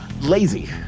Lazy